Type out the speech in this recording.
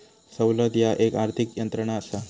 सवलत ह्या एक आर्थिक यंत्रणा असा